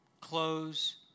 close